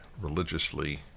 religiously